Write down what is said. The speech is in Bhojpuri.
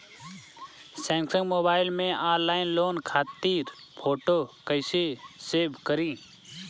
सैमसंग मोबाइल में ऑनलाइन लोन खातिर फोटो कैसे सेभ करीं?